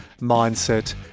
mindset